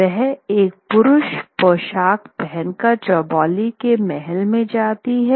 वह एक पुरुष पोशाक पहन कर चौबोली के महल में जाती है